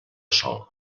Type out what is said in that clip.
sol